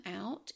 out